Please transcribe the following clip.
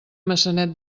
maçanet